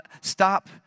stop